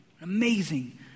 Amazing